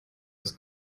ist